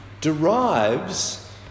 derives